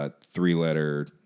three-letter